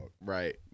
Right